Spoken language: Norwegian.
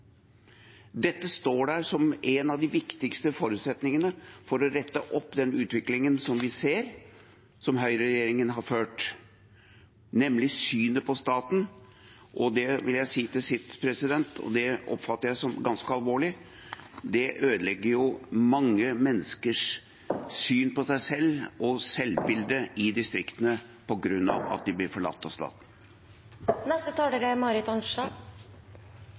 Dette står som en av de viktigste forutsetningene for å rette opp den utviklingen som vi ser, som høyreregjeringen har bidratt til, nemlig synet på staten. Til sist vil jeg si at jeg oppfatter dette som ganske alvorlig: Det ødelegger jo mange menneskers syn på seg selv og selvbildet i distriktene, på grunn av at de blir